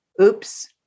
oops